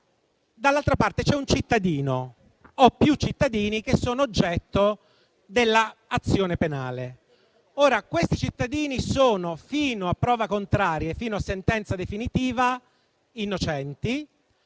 spesso - c'è un cittadino o ci sono più cittadini che sono oggetto dell'azione penale. Questi cittadini, fino a prova contraria e fino a sentenza definitiva, sono innocenti.